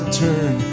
turn